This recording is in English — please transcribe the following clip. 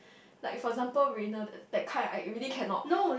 like for example Reiner that that kind I really cannot